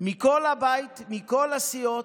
מכל הבית ומכל הסיעות.